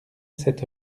cette